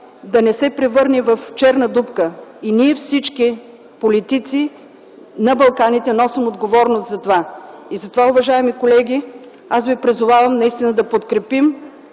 да не се превърне в черна дупка. Но ние всички политици на Балканите носим отговорност за това. И затова, уважаеми колеги, аз ви призовавам да подкрепим